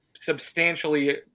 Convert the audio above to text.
substantially